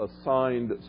assigned